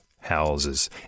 houses